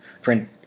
friend